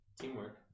Teamwork